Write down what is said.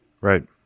Right